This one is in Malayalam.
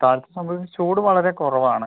താഴത്തെ സംബന്ധിച്ച് ചൂട് വളരെ കുറവാണ്